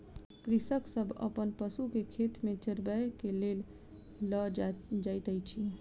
कृषक सभ अपन पशु के खेत में चरबै के लेल लअ जाइत अछि